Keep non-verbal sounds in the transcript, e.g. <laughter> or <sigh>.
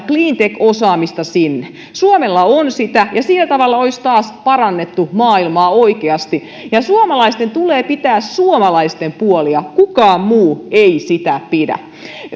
<unintelligible> cleantech osaamista sinne suomella on sitä ja sillä tavalla olisi taas parannettu maailmaa oikeasti suomalaisten tulee pitää suomalaisten puolia kukaan muu ei sitä tee